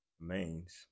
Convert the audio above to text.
remains